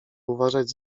uważać